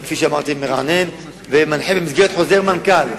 כפי שאמרתי, אני מרענן ומנחה, במסגרת חוזר מנכ"ל.